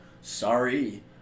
Sorry